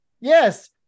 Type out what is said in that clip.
yes